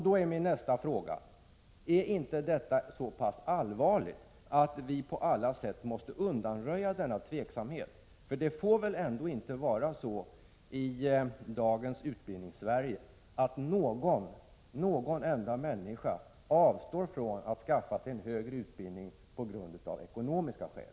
Då är min nästa fråga: Är inte detta så allvarligt att vi på alla sätt måste försöka undanröja denna tveksamhet? Det får väl ändå inte vara så i dagens Utbildningssverige att någon enda människa skall behöva avstå från att skaffa sig en högre utbildning av ekonomiska skäl!